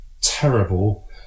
terrible